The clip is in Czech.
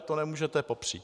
To nemůžete popřít.